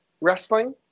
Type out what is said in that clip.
wrestling